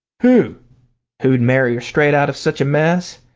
who who'd marry her straight out of such a mess?